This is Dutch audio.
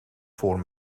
voor